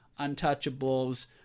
Untouchables